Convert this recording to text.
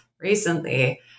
recently